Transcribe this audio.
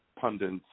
pundits